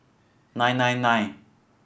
nine nine nine